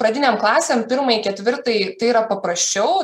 pradinėm klasėm pirmai ketvirtai tai yra paprasčiau